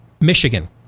Michigan